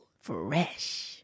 Fresh